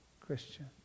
Christian